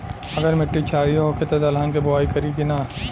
अगर मिट्टी क्षारीय होखे त दलहन के बुआई करी की न?